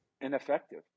ineffective